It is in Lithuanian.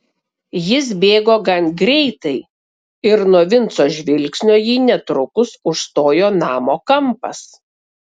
jis bėgo gan greitai ir nuo vinco žvilgsnio jį netrukus užstojo namo kampas